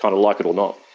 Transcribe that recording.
kind of like it or not.